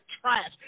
trash